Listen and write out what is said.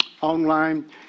online